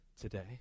today